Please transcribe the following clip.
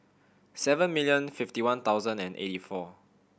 seven million fifty one thousand and eighty four